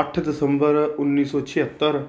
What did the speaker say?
ਅੱਠ ਦਸੰਬਰ ਉੱਨੀ ਸੌ ਛਿਹੱਤਰ